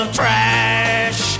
trash